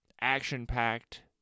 action-packed